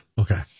Okay